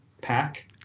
Pack